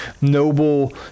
noble